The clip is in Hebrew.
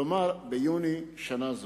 כלומר ביוני שנה זו.